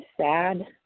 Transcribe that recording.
sad